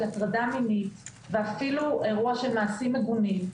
הטרדה מינית ואף על אירוע של מעשים מגונים,